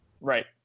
Right